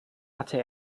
hatte